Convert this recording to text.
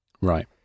right